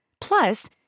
Plus